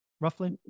Roughly